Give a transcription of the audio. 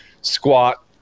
squat